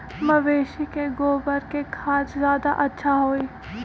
मवेसी के गोबर के खाद ज्यादा अच्छा होई?